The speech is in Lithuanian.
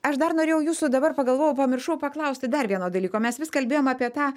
aš dar norėjau jūsų dabar pagalvojau pamiršau paklausti dar vieno dalyko mes vis kalbėjom apie tą